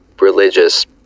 religious